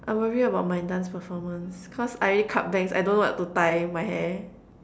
I'm worried about my dance performance cause I already cut bangs I don't know what to tie my hair